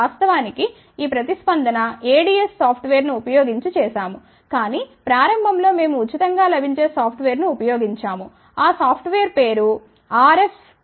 వాస్తవానికి ఈ ప్రతిస్పందన ADS సాఫ్ట్వేర్ను ఉపయోగించి చేసాము కాని ప్రారంభం లో మేము ఉచితం గా లభించే సాఫ్ట్వేర్ను ఉపయోగించాము ఆ సాఫ్ట్వేర్ పేరు RFsim99 dot exe